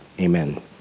Amen